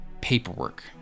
paperwork